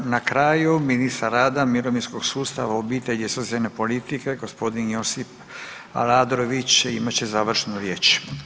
I na kraju ministar rada, mirovinskog sustava, obitelji i socijalne politike g. Josip Aladrović imat će završnu riječ.